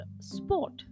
sport